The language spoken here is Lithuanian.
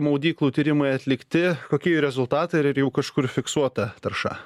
maudyklų tyrimai atlikti kokie jų rezultatai ir ar jau kažkur fiksuota tarša